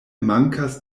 mankas